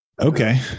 okay